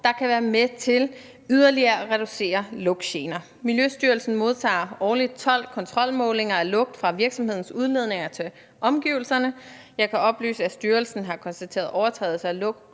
der kan være med til yderligere at reducere omfanget af lugtgener. Miljøstyrelsen modtager årligt 12 kontrolmålinger af lugt fra virksomhedens udledninger til omgivelserne. Jeg kan oplyse, at styrelsen har konstateret overtrædelser af